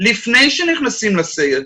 לפני שנכנסים לסגר,